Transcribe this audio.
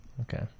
Okay